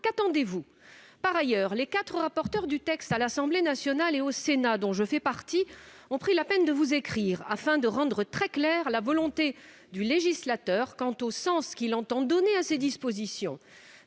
qu'attendez-vous ? Par ailleurs, les quatre rapporteurs du texte à l'Assemblée nationale et au Sénat, dont je fais partie, ont pris la peine de vous écrire afin de vous éclairer sur le sens que le législateur entend donner à ces dispositions.